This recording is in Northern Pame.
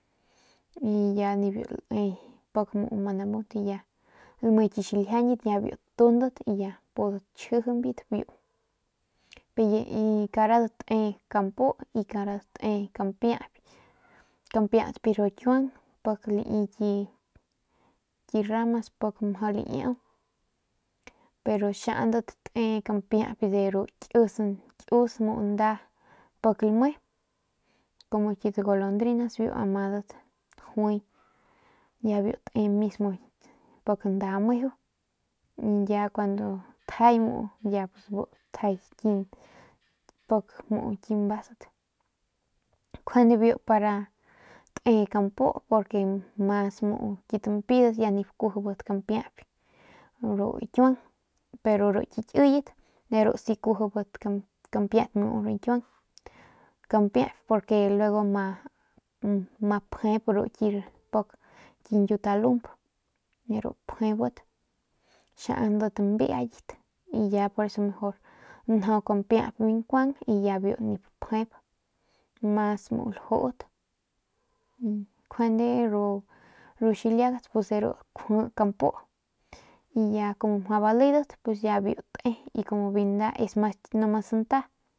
Y ya ni biu lae pak ama magamunt y ya lame ki xiljiañyit y ya biu tundat y ya pudat xchjembit y karadat tee kampu y karadat tee kampiap kampiap de ru ikian pak lii ki ramas pak mjau liian pero xiandat te kampiap de ru kius muu nda pik lme como kit golondrinas biu madat juay ya biu te mismo pik nda meju y ya kuandu tjay muu ya bu tjay pik muu ki mbasat njuande biu para te kampu porque mas muu kit mpidat ya nip kuijibat kmpiayp ru kiuang pero ru ki kiyat de ru si kuijibat kmpiayp muu ru kiuang kampiayp porque y luego ma pjep ru ki pik ki ñkiutalump de ru pjebat xiaunbat mbiayat y ya poreso mejor njau kampiayp biu nkuang y ya biu nip pjep mas muu lajut njuande ru xiliagat de ru kjui kampu y ya kumu mjau baledat y ya biu te y ya biu nda es nomas santa.